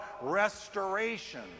restoration